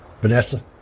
Vanessa